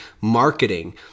marketing